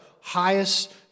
highest